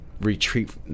retreat